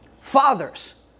fathers